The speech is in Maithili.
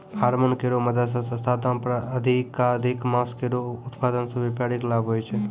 हारमोन केरो मदद सें सस्ता दाम पर अधिकाधिक मांस केरो उत्पादन सें व्यापारिक लाभ होय छै